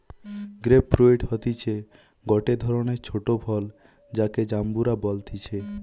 grape fruit হতিছে গটে ধরণের ছোট ফল যাকে জাম্বুরা বলতিছে